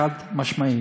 חד-משמעי.